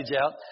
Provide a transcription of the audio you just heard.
out